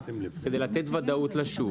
כדי לתת ודאות לשוק.